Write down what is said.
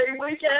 weekend